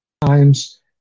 times